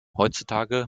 heutzutage